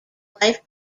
wife